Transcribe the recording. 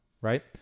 right